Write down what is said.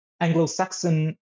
Anglo-Saxon